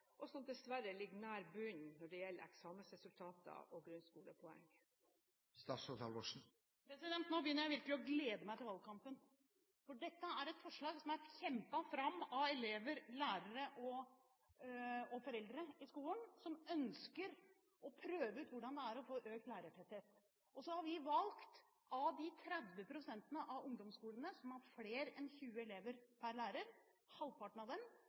og som dessverre ligger nær bunnen når det gjelder eksamensresultater og grunnskolepoeng? Nå begynner jeg virkelig å glede meg til valgkampen. For dette er et forslag som er kjempet fram av elever, lærere og foreldre i skolen som ønsker å prøve ut hvordan det er å få økt lærertetthet. Vi har valgt ut halvparten av de 30 prosentene av ungdomsskolene som har flere enn 20 elever per